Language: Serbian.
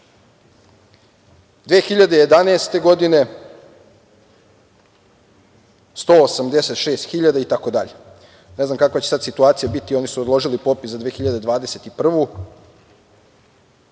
2011. 186.000 itd. Ne znam kakva će sada situacija biti, oni su odložili popis za 2021. godinu.